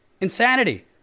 insanity